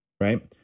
Right